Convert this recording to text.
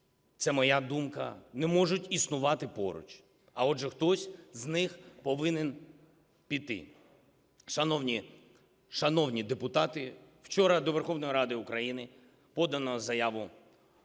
це моя думка, не можуть існувати поруч, а, отже, хтось з них повинен піти. Шановні депутати, вчора до Верховної Ради України подано заяву